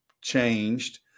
changed